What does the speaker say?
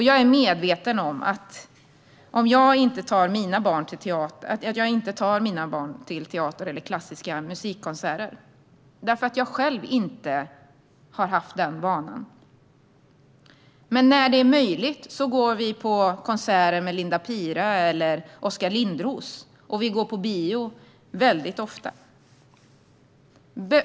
Jag är medveten om att jag inte tar mina barn till teater eller klassiska musikkonserter, därför att jag själv inte har haft den vanan. Men när det är möjligt går vi på konserter med Linda Pira eller Oskar Linnros, och vi går ofta på bio.